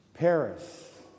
Paris